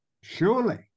Surely